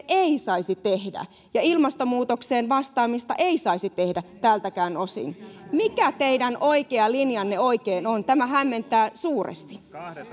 ei saisi tehdä ja ilmastonmuutokseen vastaamista ei saisi tehdä tältäkään osin mikä teidän oikea linjanne oikein on tämä hämmentää suuresti